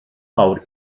mawr